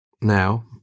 now